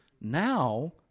Now